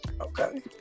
okay